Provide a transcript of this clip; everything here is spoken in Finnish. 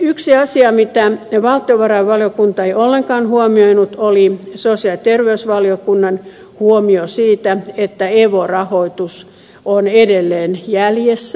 yksi asia jota valtiovarainvaliokunta ei ollenkaan huomioinut oli sosiaali ja terveysvaliokunnan huomio siitä että evo rahoitus on edelleen jäljessä